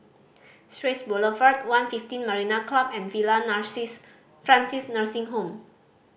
Straits Boulevard One Fifteen Marina Club and Villa Francis Nursing Home